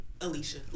alicia